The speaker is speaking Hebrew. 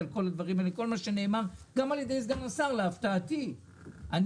אני גם מופתע מה שנאמר על ידי סגן השר --- הוא דיבר באומץ.